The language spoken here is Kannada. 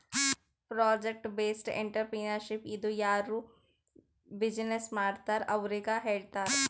ಪ್ರೊಜೆಕ್ಟ್ ಬೇಸ್ಡ್ ಎಂಟ್ರರ್ಪ್ರಿನರ್ಶಿಪ್ ಇದು ಯಾರು ಬಿಜಿನೆಸ್ ಮಾಡ್ತಾರ್ ಅವ್ರಿಗ ಹೇಳ್ತಾರ್